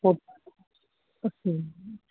تو اچھا